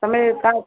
ତୁମେ ଏକା